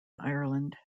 ireland